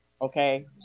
okay